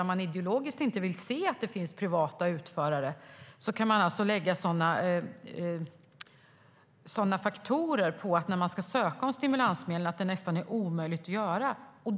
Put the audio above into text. Om man ideologiskt inte vill se privata utförare kan man lägga sådana faktorer på ansökan om stimulansmedel att det nästan blir omöjligt att söka.